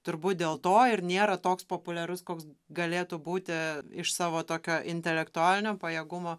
turbūt dėl to ir nėra toks populiarus koks galėtų būti iš savo tokio intelektualinio pajėgumo